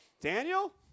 Daniel